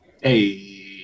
Hey